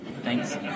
Thanks